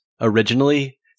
originally